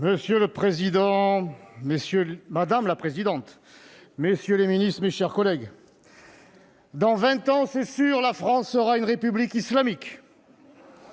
M. Stéphane Ravier. Madame la présidente, messieurs les ministres, mes chers collègues, « dans vingt ans, c'est sûr, la France sera une République islamique